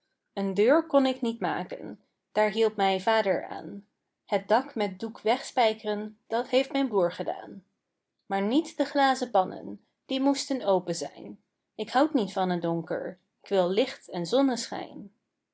een deur kon ik niet maken daar hielp mij vader aan het dak met doek wegspijk'ren dat heeft mijn broer gedaan pieter louwerse alles zingt maar niet de glazen pannen die moesten open zijn ik houd niet van het donker k wil licht en zonneschijn